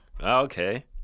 Okay